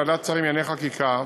ועדת שרים לענייני חקיקה)